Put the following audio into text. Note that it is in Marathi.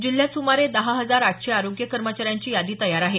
जिल्ह्यात सुमारे दहा हजार आठशे आरोग्य कर्मचाऱ्यांची यादी तयार आहे